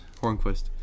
Hornquist